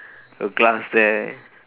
a glass there